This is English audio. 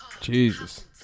Jesus